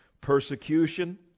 Persecution